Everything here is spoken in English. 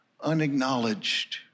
unacknowledged